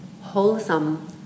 wholesome